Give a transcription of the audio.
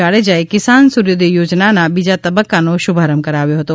જાડેજાએ કિસાન સૂર્યોદય યોજનાના બીજા તબક્કાનો શુભારંભ કરાવ્યો હતો